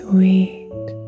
Sweet